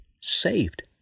saved